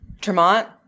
Tremont